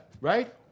Right